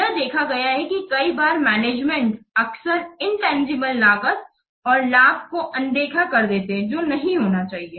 यह देखा गया है कि कई बार मैनेजमेंट अक्सर इनतंजीबले लागत और लाभ को अनदेखा कर देता है जो नहीं होना चाहिए